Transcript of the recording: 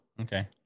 Okay